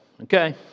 Okay